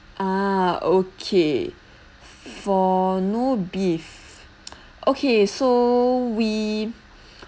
ah okay for no beef okay so we